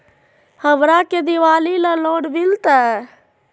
हमरा के दिवाली ला लोन मिलते?